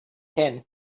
tenth